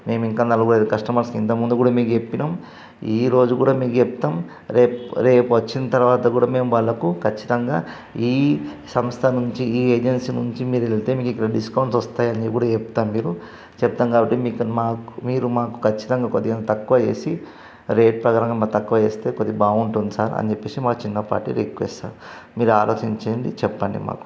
మేము ఇంకా నలుగురు ఐదు కస్టమర్స్కి ఇంతకు ముందు కూడా మీకు చెప్పినాం ఈ రోజు కూడా మీకు చెప్తాం రేపు పు వచ్చిన తర్వాత కూడా మేము వాళ్ళకు ఖచ్చితంగా ఈ సంస్థ నుంచి ఈ ఏజెన్సీ నుంచి మీరు వెళ్తే మీకు డిస్కౌంట్స్ వస్తాయి అని కూడా చెప్తాం మీరు చెప్తాం కాబట్టి మీకు మీరు మాకు ఖచ్చితంగా కొద్దిగా తక్కువ చేసి రేట్ ప్రకారంగా తక్కువ చేస్తే కొద్దిగా బావుంటుంది సార్ అని చెప్పేసి మా చిన్నపాటి రిక్వెస్ట్ సార్ మీరు ఆలోచించండి చెప్పండి మాకు